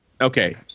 Okay